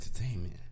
entertainment